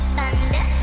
Thunder